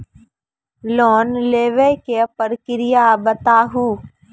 Loan लेवे के प्रक्रिया बताहू?